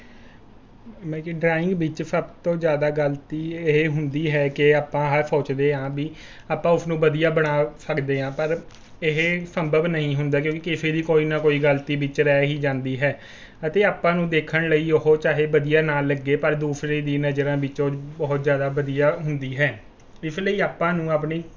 ਮੇਰੀ ਡਰਾਇੰਗ ਵਿੱਚ ਸਭ ਤੋਂ ਜ਼ਿਆਦਾ ਗਲਤੀ ਇਹ ਹੁੰਦੀ ਹੈ ਕਿ ਆਪਾਂ ਆਹ ਸੋਚਦੇ ਹਾਂ ਵੀ ਆਪਾਂ ਉਸ ਨੂੰ ਵਧੀਆ ਬਣਾ ਸਕਦੇ ਹਾਂ ਪਰ ਇਹ ਸੰਭਵ ਨਹੀਂ ਹੁੰਦਾ ਕਿਉਂਕਿ ਕਿਸੇ ਦੀ ਕੋਈ ਨਾ ਕੋਈ ਗਲਤੀ ਵਿੱਚ ਰਹਿ ਹੀ ਜਾਂਦੀ ਹੈ ਅਤੇ ਆਪਾਂ ਨੂੰ ਦੇਖਣ ਲਈ ਉਹ ਚਾਹੇ ਵਧੀਆ ਨਾ ਲੱਗੇ ਪਰ ਦੂਸਰੇ ਦੀ ਨਜ਼ਰਾਂ ਵਿੱਚ ਉਹ ਬਹੁਤ ਜ਼ਿਆਦਾ ਵਧੀਆ ਹੁੰਦੀ ਹੈ ਇਸ ਲਈ ਆਪਾਂ ਨੂੰ ਆਪਣੀ